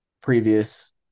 previous